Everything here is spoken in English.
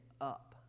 up